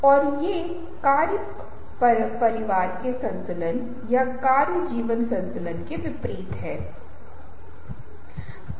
व्यवहार सीखे जाते हैं वे शारीरिक नहीं हैं वे हमारे पास नहीं आते हैं वे शुरू से ही हमारे सिस्टम में अंतर्निहित नहीं हैं हम धीरे धीरे उन्हें सीखते हैं